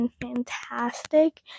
fantastic